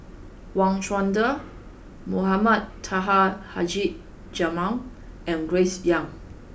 Wang Chunde Mohamed Taha Haji Jamil and Grace Young